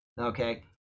okay